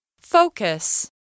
Focus